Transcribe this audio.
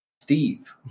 Steve